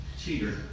Cheater